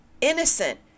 innocent